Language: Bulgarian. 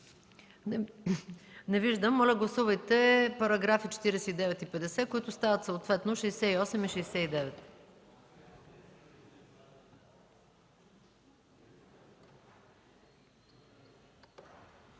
Не виждам. Моля, гласувайте параграфи 49 и 50, които стават съответно